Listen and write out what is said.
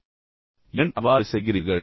ஆனால் நீங்கள் ஏன் அவ்வாறு செய்கிறீர்கள்